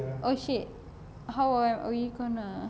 oh shit how ah are you gonna